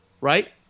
right